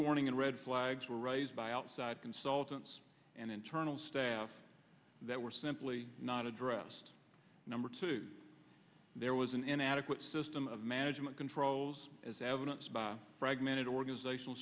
warning and red flags were raised by outside consultants and internal staff that were simply not addressed number two there was an inadequate system of management controls as evidenced by fragmented organizational